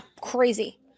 Crazy